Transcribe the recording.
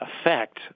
effect